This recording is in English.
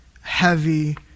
heavy